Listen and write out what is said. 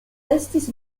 estis